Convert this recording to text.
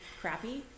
crappy